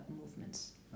movements